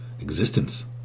existence